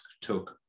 took